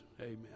amen